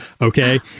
Okay